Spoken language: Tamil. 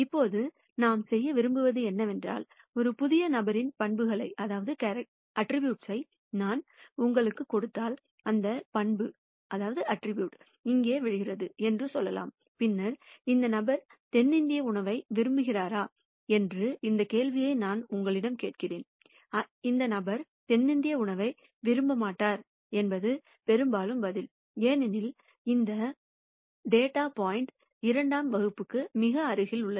இப்போது நாம் செய்ய விரும்புவது என்னவென்றால் ஒரு புதிய நபரின் பண்புகளை நான் உங்களுக்குக் கொடுத்தால் அந்த பண்பு இங்கே விழுகிறது என்று சொல்லலாம் பின்னர் இந்த நபர் தென்னிந்திய உணவை விரும்புகிறாரா என்று இந்த கேள்வியை நான் உங்களிடம் கேட்கிறேன் இந்த நபர் தென்னிந்திய உணவை விரும்பமாட்டார் என்பது பெரும்பாலும் பதில் ஏனெனில் இந்த தரவு புள்ளி 2 ஆம் வகுப்புக்கு மிக அருகில் உள்ளது